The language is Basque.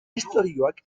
istorioak